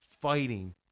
fighting